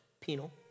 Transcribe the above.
penal